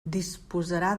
disposarà